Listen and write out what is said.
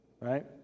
right